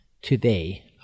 Today